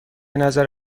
نظر